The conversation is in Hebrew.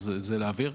אז זו רק הבהרה.